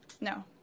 No